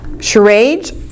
charades